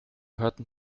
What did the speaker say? hörten